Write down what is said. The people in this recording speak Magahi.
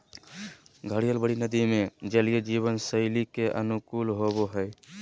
घड़ियाल बड़ी नदि में जलीय जीवन शैली के अनुकूल होबो हइ